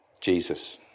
Jesus